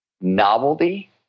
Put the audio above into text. novelty